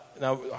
now